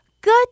Good